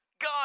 God